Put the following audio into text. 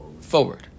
forward